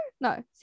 No